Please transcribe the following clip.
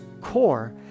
core